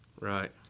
Right